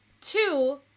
two